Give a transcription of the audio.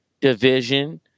Division